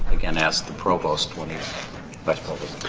again, ask the provost. but